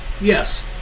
Yes